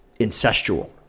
incestual